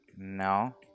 No